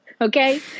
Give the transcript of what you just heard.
Okay